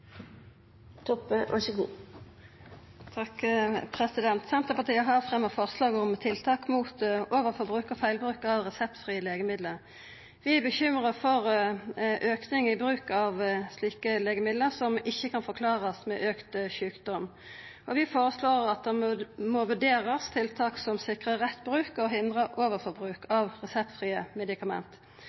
Senterpartiet har fremja forslag om tiltak mot overforbruk og feilbruk av reseptfrie legemiddel. Vi er bekymra over auka bruk av slike legemiddel, som ikkje kan forklarast med auka sjukdom. Vi føreslår at det må vurderast tiltak som sikrar rett bruk og hindrar overforbruk av reseptfrie medikament.